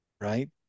right